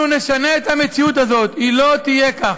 אנחנו נשנה את המציאות הזאת, היא לא תהיה כך.